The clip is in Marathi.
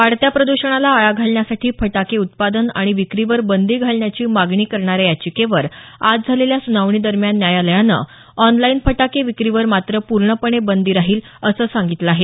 वाढत्या प्रद्षणाला आळा घालण्यासाठी फटाके उत्पादन आणि विक्रीवर बंदी घालण्याची मागणी करणाऱ्या याचिकेवर आज झालेल्या सुनावणीदरम्यान न्यायालयानं ऑनलाईन फटाके विक्रीवर मात्र पूर्णपणे बंदी राहील असं सांगितलं आहे